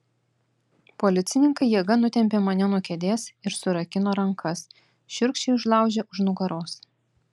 policininkai jėga nutempė mane nuo kėdės ir surakino rankas šiurkščiai užlaužę už nugaros